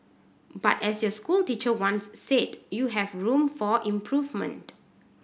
but as your school teacher once said you have room for improvement